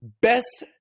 best